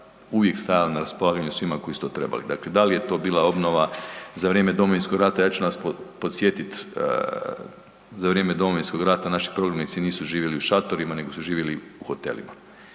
uvijek stajala ja raspolaganju svima koji su to trebali, dakle, da li je to bila obnova za vrijeme Domovinskog rata, ja ću vas podsjetiti za vrijeme Domovinskog rata naši prognanici nisu živjeli u šatorima nego su živjeli u hotelima.